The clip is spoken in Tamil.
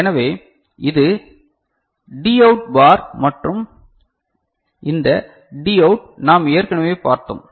எனவே இது டி அவுட் பார் மற்றும் இந்த டி அவுட் நாம் ஏற்கனவே பார்த்தோம்